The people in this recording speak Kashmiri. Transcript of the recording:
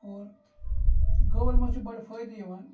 اور گٲوَن مَنٛز چھُ بَڈٕ فٲیدِ یِوان